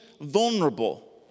vulnerable